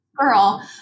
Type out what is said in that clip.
girl